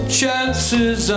chances